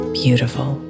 beautiful